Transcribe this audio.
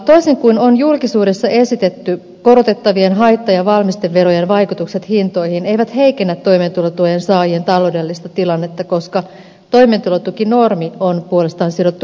toisin kuin on julkisuudessa esitetty korotettavien haitta ja valmisteverojen vaikutukset hintoihin eivät heikennä toimeentulotuen saajien taloudellista tilannetta koska toimeentulotukinormi on puolestaan sidottu hintaindeksiin